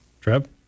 Trev